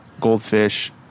goldfish